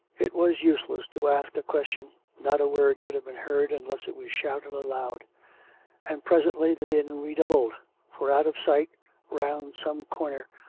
it was useless to ask a question not a word could have been heard unless it were shouted aloud and presently the din redoubled for out of sight round some corner,